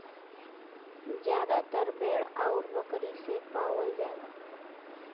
जादातर भेड़ आउर बकरी से पावल जाला